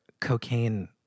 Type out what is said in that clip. cocaine